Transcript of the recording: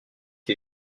qui